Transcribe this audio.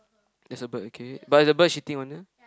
there's a bird okay but is the bird shitting on her